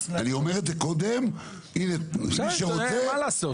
אני אומר את זה קודם --- בסדר, מה לעשות?